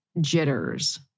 jitters